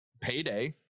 payday